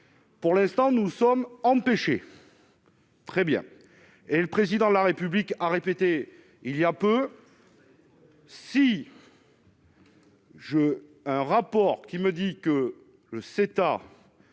Pour l'instant, nous sommes empêchés. Très bien, et le président de la République a répété il y a peu. Si. Je un rapport qui me dit que le CETA